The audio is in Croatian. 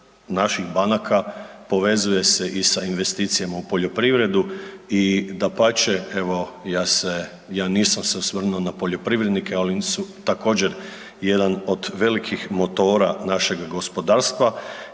naših banaka povezuje se i sa investicijama u poljoprivredu i dapače evo ja se, ja nisam se osvrnuo na poljoprivrednike ali oni su također jedan od velikih motora našeg gospodarstva